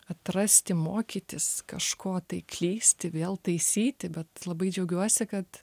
atrasti mokytis kažko tai klysti vėl taisyti bet labai džiaugiuosi kad